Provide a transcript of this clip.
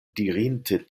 dirinte